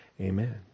Amen